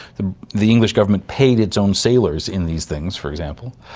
the the english government paid its own sailors in these things, for example.